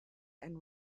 and